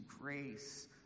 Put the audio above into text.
grace